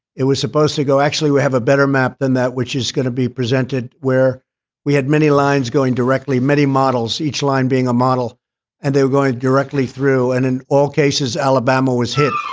it was supposed to go actually we have a better map than that which is going to be presented where we had many lines going directly many models each line being a model and they were going directly through and in all cases. alabama was hit